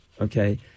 okay